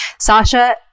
Sasha